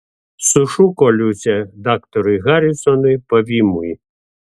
sušuko liusė daktarui harisonui pavymui